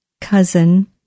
cousin